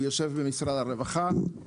הוא יושב במשרד הרווחה,